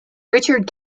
richard